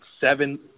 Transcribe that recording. seven